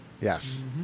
Yes